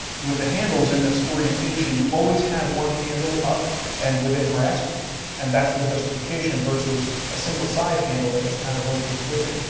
with the handles in this orientation, you always have one handle up and within grasp and that's their justification versus a single side handle that just kinda kind of rotates with it.